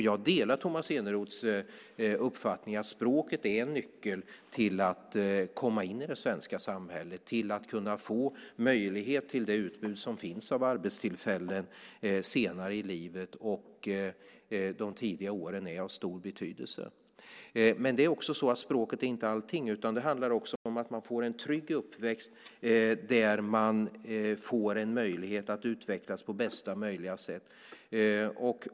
Jag delar Tomas Eneroths uppfattning att språket är nyckeln till att komma in i det svenska samhället, till att få tillgång till det utbud som finns av arbetstillfällen senare i livet. De tidiga åren är av stor betydelse. Men språket är inte allting, utan det handlar också om att få en trygg uppväxt där man får en möjlighet att utvecklas på bästa möjliga sätt.